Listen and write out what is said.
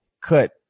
cut